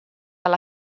alla